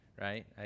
right